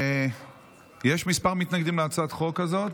יש כמה מתנגדים להצעת החוק הזאת.